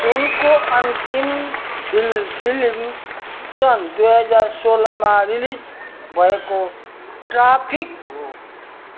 उनको अन्तिम फिल फिल्म सन् दुई हजार सोह्रमा रिलिज भएको ट्राफिक हो